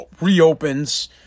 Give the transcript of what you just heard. reopens